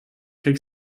krieg